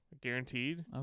Guaranteed